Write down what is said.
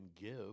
give